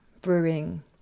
brewing